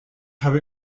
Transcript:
have